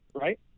right